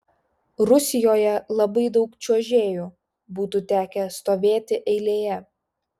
rusijoje labai daug čiuožėjų būtų tekę stovėti eilėje